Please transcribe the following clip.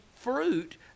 fruit